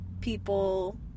people